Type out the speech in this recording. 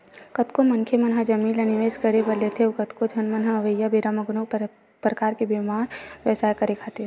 कतको मनखे मन ह जमीन ल निवेस करे बर लेथे अउ कतको झन मन ह अवइया बेरा म कोनो परकार के बेपार बेवसाय करे खातिर